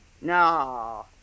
no